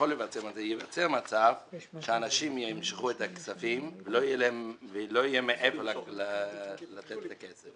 ייווצר מצב שאנשים ימשכו את הכספים ולא יהיה מאיפה לתת את הכסף.